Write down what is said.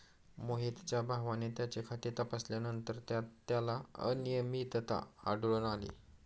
मोहितच्या भावाने त्याचे खाते तपासल्यानंतर त्यात त्याला अनियमितता आढळून आली